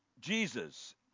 Jesus